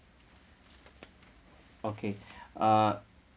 okay uh